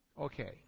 Okay